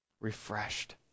refreshed